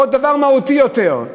עוד דבר, מהותי יותר: